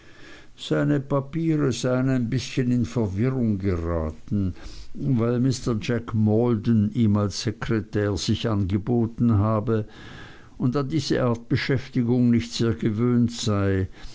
seine papiere seien ein wenig in verwirrung geraten weil mr jack maldon sich ihm als sekretär angeboten habe und an diese art beschäftigung nicht sehr gewöhnt sei